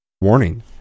Warning